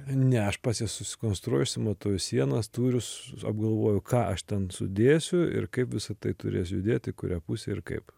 ne aš pas ją sukonstruoju išsimatuoju sienas tūrius apgalvoju ką aš ten sudėsiu ir kaip visa tai turės judėt į kurią pusę ir kaip